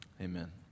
amen